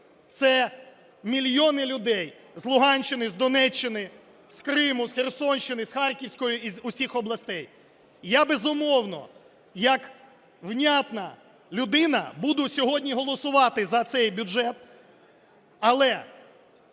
це мільйони людей з Луганщини, з Донеччини, з Криму, з Херсонщини, з Харківської і з усіх областей. Я, безумовно, як внятна людина буду сьогодні голосувати за цей бюджет, але